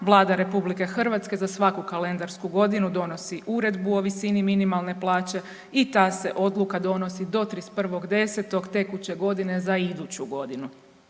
Vlada RH za svaku kalendarsku godinu donosi Uredbu o visini minimalne plaće i ta se odluka donosi do 31.10. tekuće godine za iduću godinu.